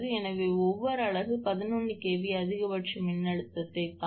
எனவே ஒவ்வொரு அலகு 11 kV அதிகபட்ச மின்னழுத்தத்தை தாங்கும்